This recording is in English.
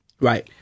Right